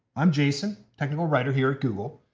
i'm jason, technical writer here at google.